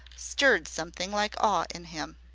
stirred something like awe in him.